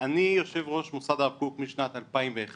אני יושב ראש מוסד הרב קוק משנת 2001,